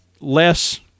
less